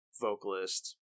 vocalist